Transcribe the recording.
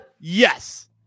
Yes